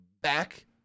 back